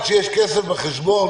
כי לאותו אחד שיש כסף בחשבון,